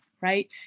right